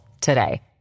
today